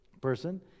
person